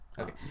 Okay